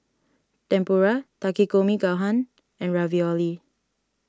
Tempura Takikomi Gohan and Ravioli